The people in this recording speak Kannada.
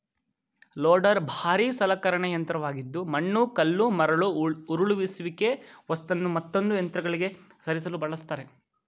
ಲೋಡರ್ ಭಾರೀ ಸಲಕರಣೆ ಯಂತ್ರವಾಗಿದ್ದು ಮಣ್ಣು ಕಲ್ಲು ಮರಳು ಉರುಳಿಸುವಿಕೆ ವಸ್ತುನು ಮತ್ತೊಂದು ಯಂತ್ರಗಳಿಗೆ ಸರಿಸಲು ಬಳಸ್ತರೆ